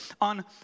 on